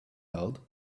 held